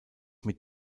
mit